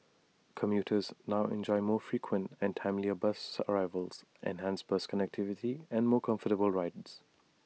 commuters now enjoy more frequent and timelier bus arrivals enhanced bus connectivity and more comfortable rides